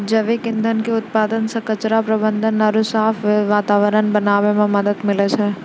जैविक ईंधन के उत्पादन से कचरा प्रबंधन आरु साफ वातावरण बनाबै मे मदत मिलै छै